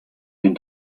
den